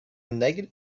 negative